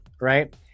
right